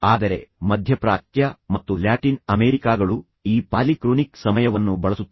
ಆದರೆ ಮಧ್ಯಪ್ರಾಚ್ಯ ಮತ್ತು ಲ್ಯಾಟಿನ್ ಅಮೆರಿಕಾಗಳು ಈ ಪಾಲಿಕ್ರೋನಿಕ್ ಸಮಯವನ್ನು ಬಳಸುತ್ತವೆ